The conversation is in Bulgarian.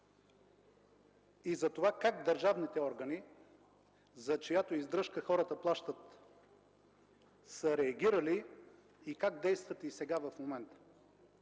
и за това как държавните органи, за чиято издръжка хората плащат, са реагирали и как действат и сега в момента.